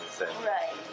Right